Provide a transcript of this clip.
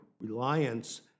reliance